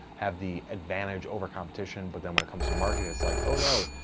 have the advantage over competition, but then when it comes to marketing it's like, oh no,